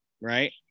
right